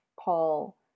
Paul